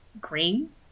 green